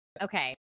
okay